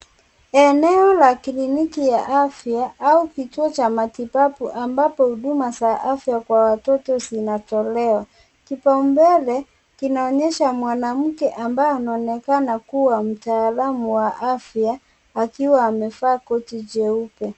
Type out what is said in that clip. Eneo ya kliniki ya afya au kituo cha matibabu ambapo huduma za afya kwa watoto zinatolewa, kipao mbele kinaonyesha mwanamke ambaye anaonekana kuwa mtaalam wa kiafya akiwa amevaa koti jeupe.